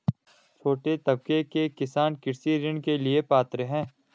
छोटे तबके के किसान कृषि ऋण के लिए पात्र हैं?